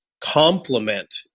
complement